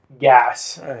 gas